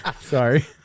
sorry